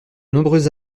nombreuses